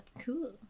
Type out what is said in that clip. cool